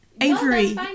avery